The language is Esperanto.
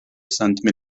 cent